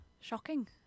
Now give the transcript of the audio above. shocking